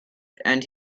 and